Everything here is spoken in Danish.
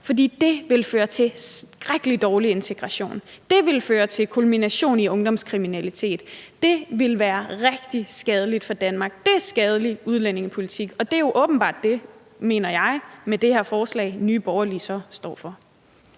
for det vil føre til skrækkelig dårlig integration. Det vil føre til en kulmination i ungdomskriminalitet. Det ville være rigtig skadeligt for Danmark. Det er skadelig udlændingepolitik, og det er åbenbart det, mener jeg, som Nye Borgerlige med det her forslag så står for.